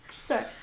sorry